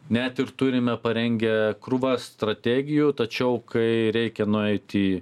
net ir turime parengę krūvas strategijų tačiau kai reikia nueit į